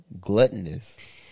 gluttonous